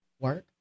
work